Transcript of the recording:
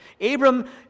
Abram